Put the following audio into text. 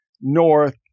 north